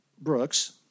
Brooks